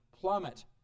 plummet